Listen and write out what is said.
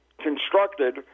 constructed